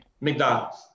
McDonald's